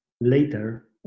later